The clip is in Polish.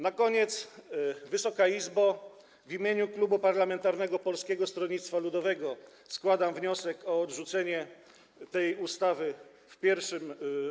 Na koniec, Wysoka Izbo, w imieniu Klubu Parlamentarnego Polskiego Stronnictwa Ludowego składam wniosek o odrzucenie tej ustawy w pierwszym.